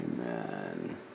Amen